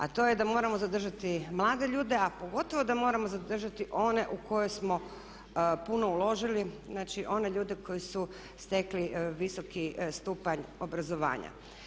A to je da moramo zadržati mlade ljude, a pogotovo da moramo zadržati one u koje smo puno uložili, znači one ljude koji su stekli visoki stupanj obrazovanja.